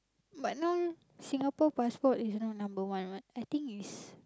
but now Singapore passport is not number one what I think it's